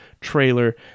trailer